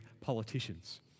politicians